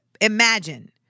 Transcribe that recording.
imagine